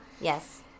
Yes